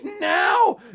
now